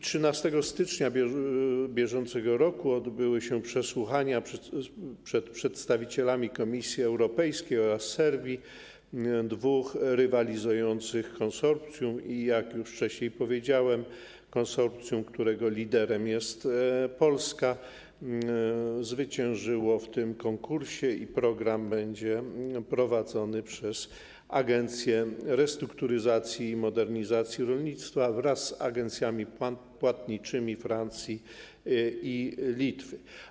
13 stycznia br. odbyły się przesłuchania przed przedstawicielami Komisji Europejskiej oraz Serbii dwóch rywalizujących konsorcjów i jak już wcześniej powiedziałem, konsorcjum, którego liderem jest Polska, zwyciężyło w tym konkursie i program będzie prowadzony przez Agencję Restrukturyzacji i Modernizacji Rolnictwa wraz z agencjami płatniczymi Francji i Litwy.